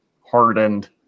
hardened